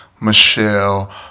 Michelle